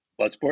Bloodsport